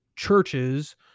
churches